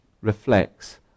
reflects